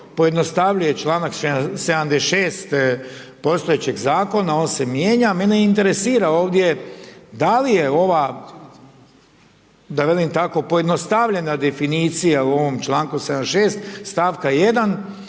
pojednostavljuje članak 76. postojećeg zakona, on se mijenja, mene interesira ovdje, da li je ova da velim tako pojednostavljena definicija u ovom članku 76. stavka 1